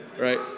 right